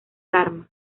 karma